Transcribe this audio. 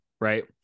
Right